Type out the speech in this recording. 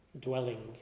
dwelling